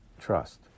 trust